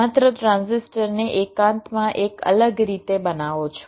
માત્ર ટ્રાન્ઝિસ્ટરને એકાંતમાં એક અલગ રીતે બનાવો છો